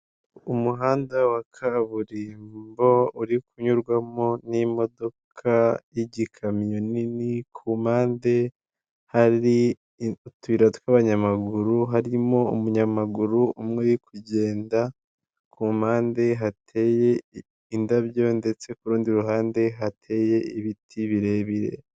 Umuhanda wa kaburimbo uri kunyurwamo n'imodoka y'igikamyo nini ku mpande hari utuyira tw'abanyamaguru harimo umunyamaguru umwe uri kugenda ku mpande hateye indabyo ndetse ku urundi ruhande hateye ibiti birebire.